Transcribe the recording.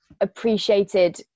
appreciated